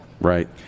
Right